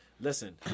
Listen